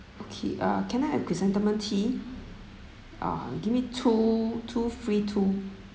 okay uh can I have chrysanthemum tea ah give me two two free two